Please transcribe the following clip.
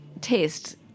taste